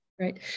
Right